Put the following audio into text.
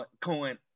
coin